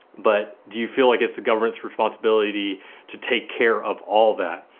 but do you feel like it's the government's responsibility to take care of all that?